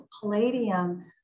palladium